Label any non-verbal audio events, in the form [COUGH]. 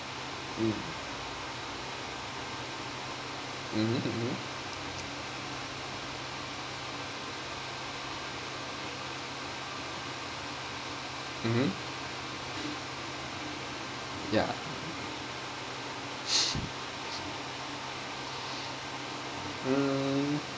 um mmhmm mmhmm mmhmm ya [LAUGHS] mm